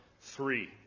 three